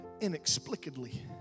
inexplicably